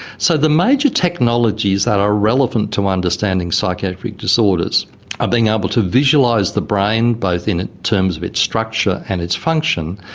so the major technologies that are relevant to understanding psychiatric disorders are being able to visualise the brain, both in terms of its structure and its function,